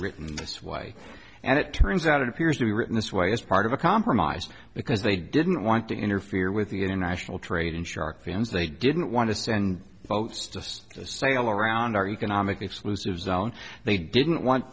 written this way and it turns out it appears to be written this way as part of a compromise because they didn't want to interfere with the international trade in shark fins they didn't want to send votes just to sail around our economic exclusive zone they didn't want